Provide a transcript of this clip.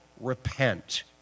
repent